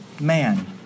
man